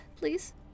please